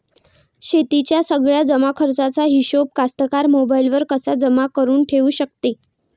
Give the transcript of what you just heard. शेतीच्या सगळ्या जमाखर्चाचा हिशोब कास्तकार मोबाईलवर कसा जमा करुन ठेऊ शकते?